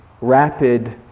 rapid